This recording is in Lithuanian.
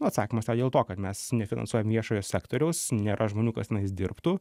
na atsakymas yra dėl to kad mes nefinansuojam viešojo sektoriaus nėra žmonių kas tenais dirbtų